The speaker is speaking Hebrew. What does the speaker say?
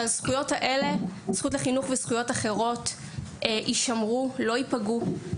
אנחנו היינו רוצים להבטיח שזכויות אלה ואחרות יישמרו ולא ייפגעו.